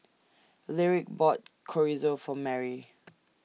Lyric bought Chorizo For Mary